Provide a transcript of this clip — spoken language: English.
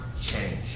change